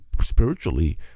spiritually